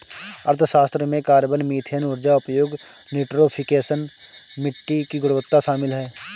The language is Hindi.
अर्थशास्त्र में कार्बन, मीथेन ऊर्जा उपयोग, यूट्रोफिकेशन, मिट्टी की गुणवत्ता शामिल है